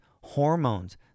hormones